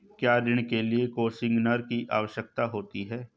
क्या ऋण के लिए कोसिग्नर की आवश्यकता होती है?